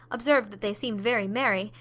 observed that they seemed very merry,